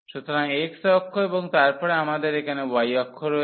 সুতরাং x অক্ষ এবং তারপরে আমাদের এখানে y অক্ষ রয়েছে